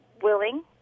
willing